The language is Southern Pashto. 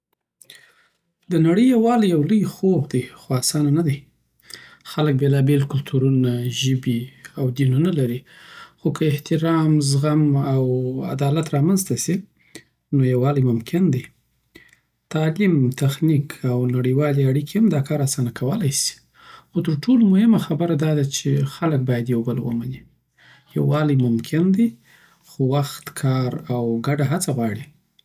د نړۍ یووالی یو لوی خوب دی خو اسانه نه دی. خلک بېلابېل کلتورونه، ژبې، او دینونه لري. خو که احترام، زغم، او عدالت رامنځ ته سی، نو یووالی ممکن دی تعلیم، تخنیک، او نړیوالې اړیکې هم دا کار اسانه کولای سی خو تر ټولو مهمه خبره داده چې خلک باید یو بل ومني. یووالی ممکن دی، خو وخت، کار، او ګډه هڅه غواړي.